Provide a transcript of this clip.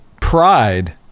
pride